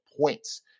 points